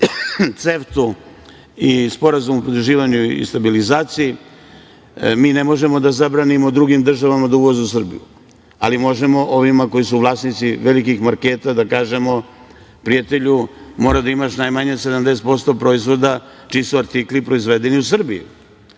CEFTA i Sporazum o pridruživanju i stabilizaciji. Mi ne možemo da zabranimo drugim državama da uvoze u Srbiju, ali možemo ovima koji su vlasnici velikih marketa da kažemo – prijatelju, mora da imaš najmanje 70% proizvoda čiji su artikli proizvedeni u Srbiji,